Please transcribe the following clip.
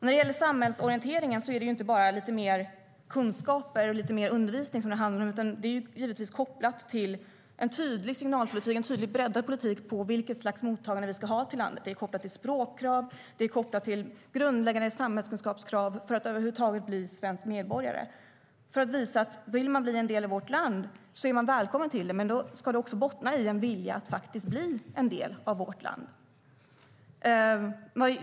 När det gäller samhällsorienteringen är det inte bara lite mer kunskaper och undervisning det handlar om, utan det är givetvis kopplat till en tydlig signalpolitik och en tydlig, breddad politik för vilket slags mottagande Sverige ska ha. Det är kopplat till språkkrav och grundläggande samhällskunskapskrav för att över huvud taget bli svensk medborgare. Vill man bli en del av vårt land är man välkommen att bli det, men det ska bottna i en vilja att också bli en del av vårt land.